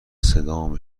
صدامو